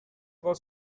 was